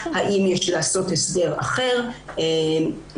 האם יש לעשות הסדר אחר וכולי.